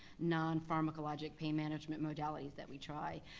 non-pharmacologic pain management modalities that we try,